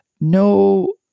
no